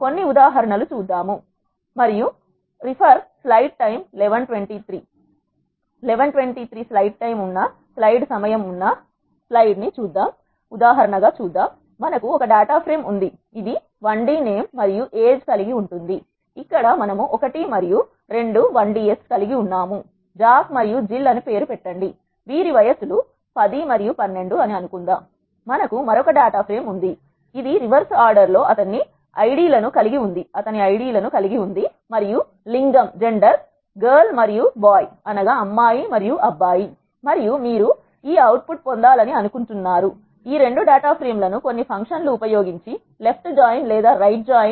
కొన్ని ఉదాహరణలు చూద్దాం చ మరియు విలీనం చేయాలనుకుంటున్నాను